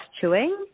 chewing